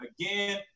Again